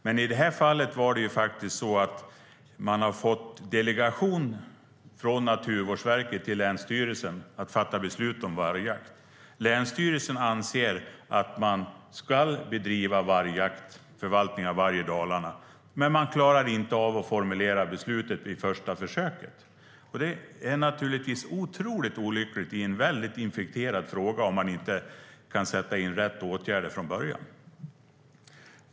Men i det här fallet hade man fått delegation från Naturvårdsverket till länsstyrelsen att fatta beslut om vargjakt. Länsstyrelsen anser att man ska bedriva vargjakt och förvaltning av varg i Dalarna, men man klarar inte av att formulera beslutet vid första försöket. Det är naturligtvis otroligt olyckligt i en infekterad fråga om man inte kan sätta in rätt åtgärder från början.